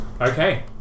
Okay